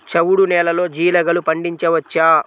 చవుడు నేలలో జీలగలు పండించవచ్చా?